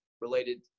related